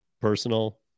personal